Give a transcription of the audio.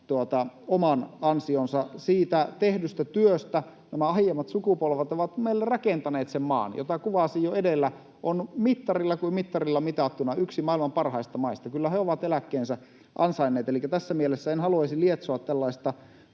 välihuuto] siitä tehdystä työstä. Nämä aiemmat sukupolvet ovat meille rakentaneet sen maan, jota kuvasin jo edellä ja joka on mittarilla kuin mittarilla mitattuna yksi maailman parhaista maista. Kyllä he ovat eläkkeensä ansainneet. Elikkä tässä mielessä en haluaisi lietsoa tällaista